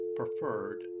preferred